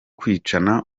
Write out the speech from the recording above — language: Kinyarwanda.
kwicana